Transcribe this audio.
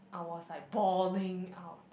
I was like balling out